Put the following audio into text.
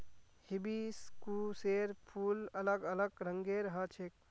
हिबिस्कुसेर फूल अलग अलग रंगेर ह छेक